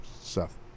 Seth